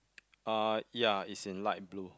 uh ya it's in light blue